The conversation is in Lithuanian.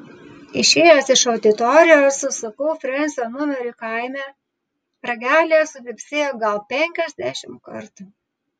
išėjęs iš auditorijos susukau frensio numerį kaime ragelyje supypsėjo gal penkiasdešimt kartų